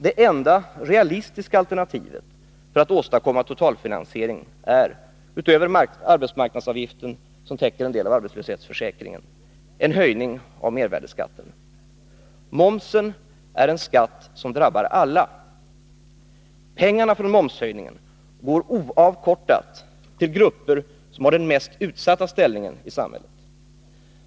Det enda realistiska alternativet för att åstadkomma totalfinansiering är — utöver arbetsmarknadsavgiften, som täcker en del av arbetslöshetsförsäkringen — en höjning av mervärdeskatten. Momsen är en skatt som drabbar alla. Pengarna från momshöjningen går oavkortat till grupper som har den mest utsatta ställningen i samhället.